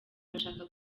arashaka